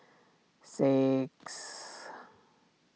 six